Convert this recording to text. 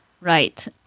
Right